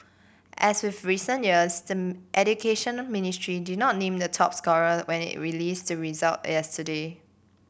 as with recent years the Education Ministry did not name the top scorer when it release the result yesterday